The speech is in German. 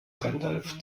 gandalf